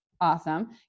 Awesome